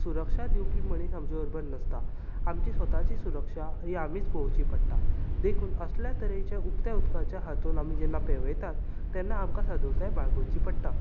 तेन्ना हो सुरक्षा दिवपी मनीस आमचे बरोबर नासता आमची स्वताची सुरक्षा ही आमीच पळोवची पडटा देखून असल्या तरेच्या उक्त्या उदकाचें हातूंत आमी जेन्ना आमी पेंवयतात तेन्ना आमकां सादुरताय बाळगुची पडटा